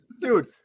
dude